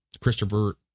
Christopher